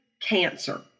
cancer